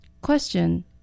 Question